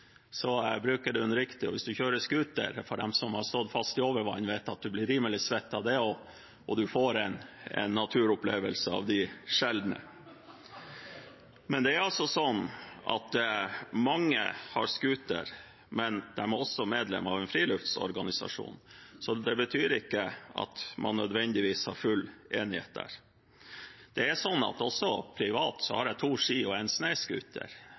bruker man den riktig. Hvis man kjører scooter – de som har stått fast i overvann, vet at man blir rimelig svett av det også, og man får en naturopplevelse av de sjeldne. Det er sånn at mange har scooter, men de er også medlemmer av en friluftsorganisasjon, så det betyr ikke at man nødvendigvis har full enighet der. Privat har jeg to ski og én snøscooter. Mange bruker naturen på mange forskjellige måter gjennom hele året. Det er ikke sånn at